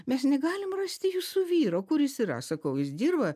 mes negalim rasti jūsų vyro kur jis yra sakau jis dirba